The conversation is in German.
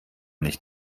nicht